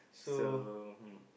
so um